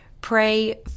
pray